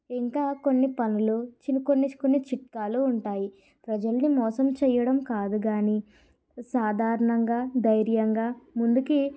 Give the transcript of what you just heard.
ఇంకా కొన్ని పనులు చి కొన్ని చిట్కాలు ఉంటాయి ప్రజల్ని మోసం చేయడం కాదు కాని సాధారణంగా ధైర్యంగా ముందుకి